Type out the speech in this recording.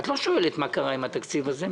את לא שואלת מה קרה עם התקציב הזה?